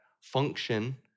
function